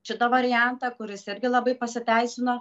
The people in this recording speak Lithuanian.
šitą variantą kuris irgi labai pasiteisino